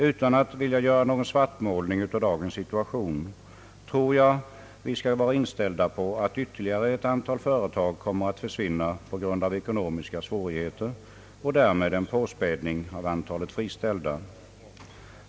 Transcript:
Utan att vilja göra någon svartmålning av dagens situation tror jag att vi skall vara inställda på att ytterligare ett antal företag kommer att försvinna på grund av ekonomiska svårigheter och därmed förorsaka en påspädning av antalet friställda.